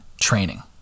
training